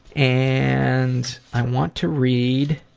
and i want to read